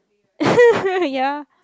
ya